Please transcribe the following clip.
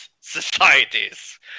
societies